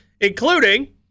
including